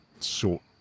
short